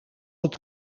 het